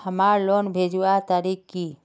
हमार लोन भेजुआ तारीख की?